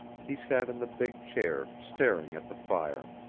he sat in the big chair staring at the fire,